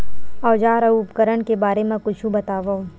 औजार अउ उपकरण के बारे मा कुछु बतावव?